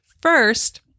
First